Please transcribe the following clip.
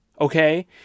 okay